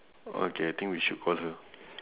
okay I think we should call her